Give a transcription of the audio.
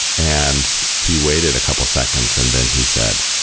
and he waited a couple of seconds and then he said,